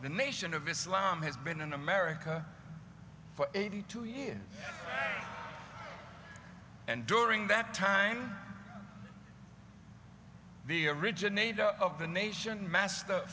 the nation of islam has been in america for eighty two years and during that time the originator of the nation massed